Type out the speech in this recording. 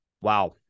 Wow